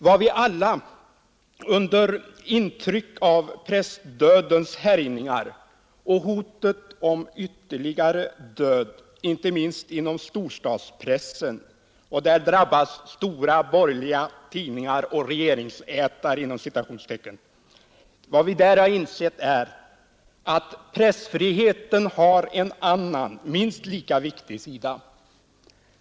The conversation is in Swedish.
Vad vi alla under intryck av pressdödens härjningar och hotet om ytterligare död, inte minst inom storstadspressen — och där drabbas stora borgerliga tidningar och ”regeringsätare” —, har insett är att pressfriheten har en annan, minst lika viktig sida.